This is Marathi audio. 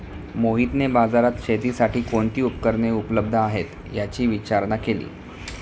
मोहितने बाजारात शेतीसाठी कोणती उपकरणे उपलब्ध आहेत, याची विचारणा केली